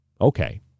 Okay